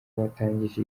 watangije